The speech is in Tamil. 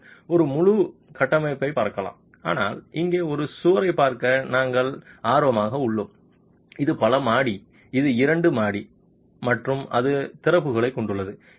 நீங்கள் ஒரு முழு கட்டமைப்பைப் பார்க்கலாம் ஆனால் இங்கே ஒரு சுவரைப் பார்க்க நாங்கள் ஆர்வமாக உள்ளோம் இது பல மாடி இது இரண்டு மாடி மற்றும் அது திறப்புகளைக் கொண்டுள்ளது